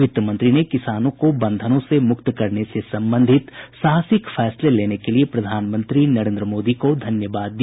वित्तमंत्री ने किसानों को बंधनों से मुक्त करने से संबंधित साहसिक फैसले लेने के लिए प्रधानमंत्री नरेन्द्र मोदी को धन्यवाद दिया